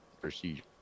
procedure